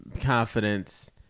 confidence